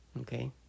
Okay